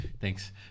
thanks